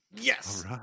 Yes